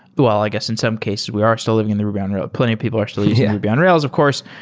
well, i guess in some cases we are still living in the ruby on rails. plenty of people are still using ruby on rails of course,